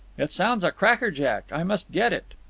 it sounds a crackerjack. i must get it.